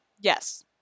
Yes